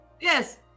Yes